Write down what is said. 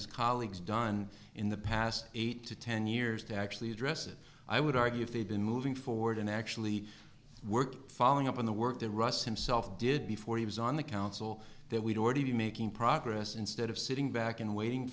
his colleagues done in the past eight to ten years to actually address it i would argue if they've been moving forward and actually work following up on the work that russ himself did before he was on the council that we'd already be making progress instead of sitting back and waiting